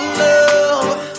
love